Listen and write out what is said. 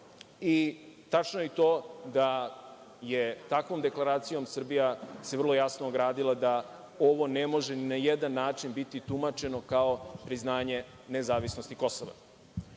i tačno je i to da se takvom Deklaracijom Srbije vrlo jasno ogradila da ovo ne može ni na jedan način biti tumačeno kao priznanje nezavisnosti